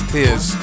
Tears